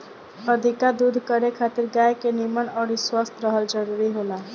अधिका दूध करे खातिर गाय के निमन अउरी स्वस्थ रहल जरुरी होला